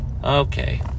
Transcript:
Okay